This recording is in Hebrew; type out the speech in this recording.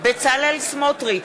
בצלאל סמוטריץ,